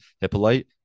Hippolyte